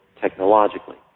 technologically